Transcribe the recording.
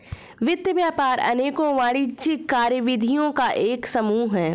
वित्त व्यापार अनेकों वाणिज्यिक कार्यविधियों का एक समूह है